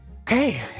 Okay